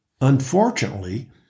Unfortunately